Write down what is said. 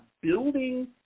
building